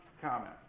comment